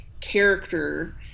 character